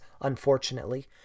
unfortunately